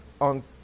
on